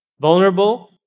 vulnerable